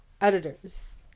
editors